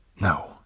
No